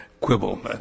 quibble